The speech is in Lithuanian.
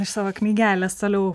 iš savo knygelės toliau